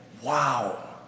Wow